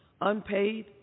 unpaid